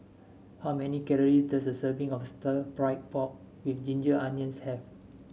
how many calories does a serving of Stir Fried Pork with Ginger Onions have